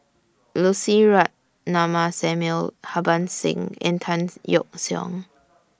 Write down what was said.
Lucy Ratnammah Samuel Harbans Singh and Tan Yeok Seong